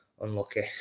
unlucky